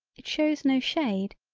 it shows no shade,